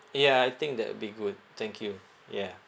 ya I think that would be good thank you ya